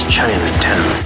Chinatown